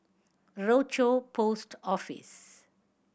Rochor Post Office